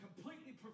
completely